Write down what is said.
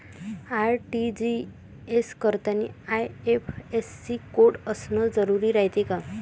RTGS करतांनी IFSC code असन जरुरी रायते का?